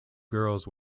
girls